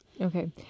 Okay